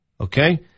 Okay